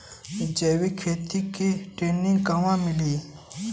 जैविक खेती के ट्रेनिग कहवा मिली?